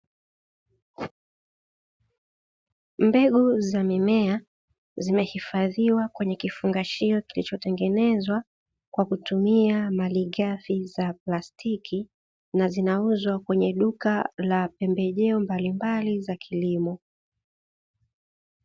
Mbegu za mimea zimehifadhiwa kwenye kifungashio kilichotengenezwa kwa kutumia malighafi za plastiki, na zinauzwa kwenye duka la pembejeo mbalimbali za kilimo.